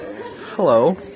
Hello